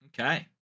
Okay